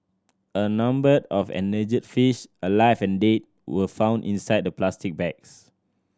a number of endangered fish alive and dead were found inside the plastic bags